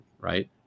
right